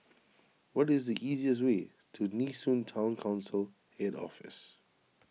what is the easiest way to Nee Soon Town Council Head Office